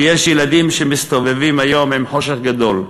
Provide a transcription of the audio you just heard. ויש ילדים שמסתובבים היום עם חושך גדול,